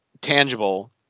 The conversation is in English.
tangible